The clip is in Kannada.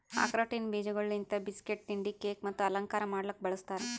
ಆಕ್ರೋಟಿನ ಬೀಜಗೊಳ್ ಲಿಂತ್ ಬಿಸ್ಕಟ್, ತಿಂಡಿ, ಕೇಕ್ ಮತ್ತ ಅಲಂಕಾರ ಮಾಡ್ಲುಕ್ ಬಳ್ಸತಾರ್